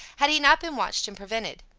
had he not been watched and prevented.